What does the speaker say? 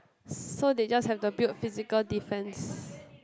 so they just have to build physical defence